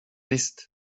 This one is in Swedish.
visst